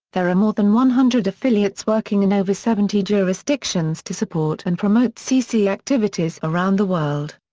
there are more than one hundred affiliates working in over seventy jurisdictions to support and promote cc activities around the world.